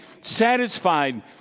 satisfied